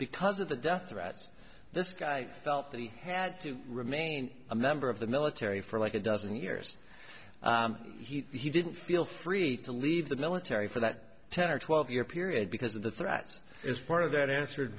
because of the death threats this guy felt that he had to remain a member of the military for like a dozen years he didn't feel free to leave the military for that ten or twelve year period because of the threats as part of that answered